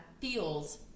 feels